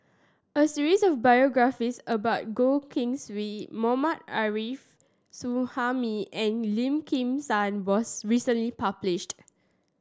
a series of biographies about Goh Keng Swee Mohammad Arif Suhaimi and Lim Kim San was recently published